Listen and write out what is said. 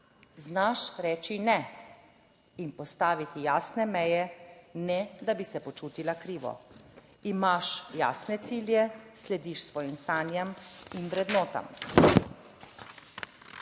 Znaš reči ne in postaviti jasne meje, ne da bi se počutila krivo. Imaš jasne cilje, slediš svojim sanjam in vrednotam.